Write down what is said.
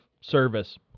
service